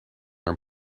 are